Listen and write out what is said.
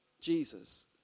Jesus